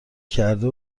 کرده